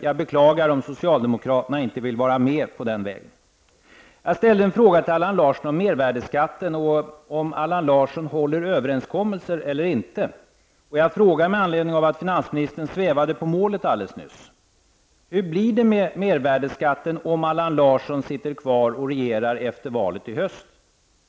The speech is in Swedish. Jag beklagar om socialdemokraterna inte vill vara med på den vägen. Jag frågade Allan Larsson om mervärdeskatten, och om Allan Larsson håller överenskommelser eller inte. Och med anledning av att finansministern svävade på målet alldeles nyss, frågar jag: Hur blir det med mervärdeskatten om Allan Larsson sitter kvar och regerar efter valet i höst?